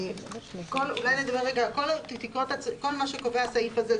כל מה שקובע הסעיף הזה,